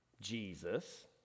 Jesus